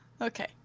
Okay